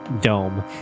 dome